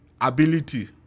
ability